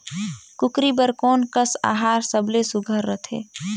कूकरी बर कोन कस आहार सबले सुघ्घर रथे?